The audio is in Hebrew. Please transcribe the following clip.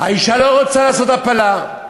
האישה לא רוצה לעשות הפלה.